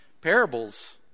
parables